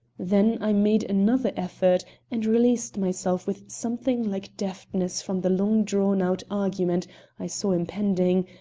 then i made another effort and released myself with something like deftness from the long-drawn-out argument i saw impending,